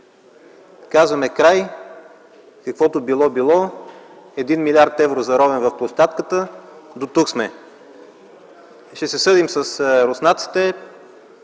Казваме: „Край, каквото било–било! Един милиард евро, заровен в площадката. Дотук сме, ще се съдим с руснаците